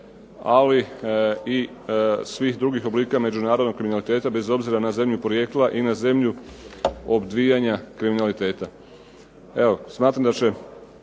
ali i svih drugih oblika međunarodnog kriminaliteta bez obzira na zemlju porijekla i na zemlju odvijanja kriminaliteta.